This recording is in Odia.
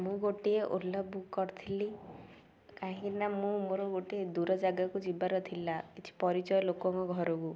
ମୁଁ ଗୋଟିଏ ଓଲା ବୁକ୍ କରିଥିଲି କାହିଁକିନା ମୁଁ ମୋର ଗୋଟିଏ ଦୂର ଜାଗାକୁ ଯିବାର ଥିଲା କିଛି ପରିଚୟ ଲୋକଙ୍କ ଘରକୁ